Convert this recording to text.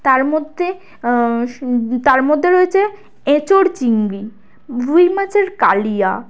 তার মধ্যে সু তার মধ্যে রয়েছে এঁচোড় চিংড়ি রুই মাচের কালিয়া